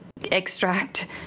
extract